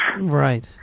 Right